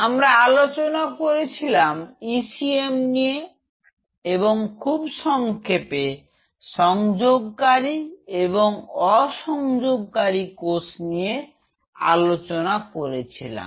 আমরা আলোচনা করেছিলাম e c m নিয়ে এবং খুব সংক্ষেপে সংযোগকারী এবং অ সংযোগকারী কোষ নিয়ে আলোচনা করেছিলাম